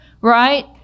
right